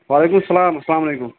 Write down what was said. وعلیکُم السَلام السلامُ علیکُم